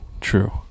true